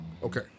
okay